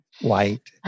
white